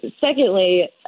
Secondly